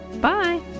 Bye